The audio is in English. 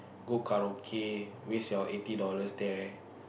go karaoke waste your eighty dollars there